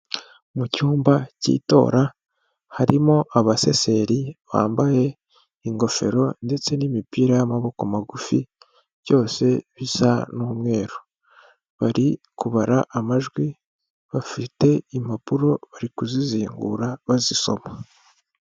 Mu cyumba cy'itora harimo abaseseri bambaye ingofero ndetse n'imipira y'amaboko magufi, byose bisa n'umweru. Bari kubara amajwi bafite impapuro bari kuzizingura bazisoma.